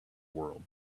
world